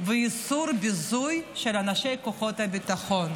ואיסור ביזוים של אנשי כוחות הביטחון.